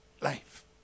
life